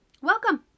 Welcome